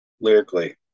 lyrically